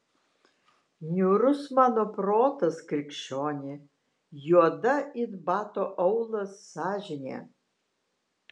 niūrus mano protas krikščioni juoda it bato aulas sąžinė